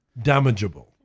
damageable